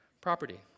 property